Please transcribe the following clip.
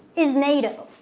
is nato.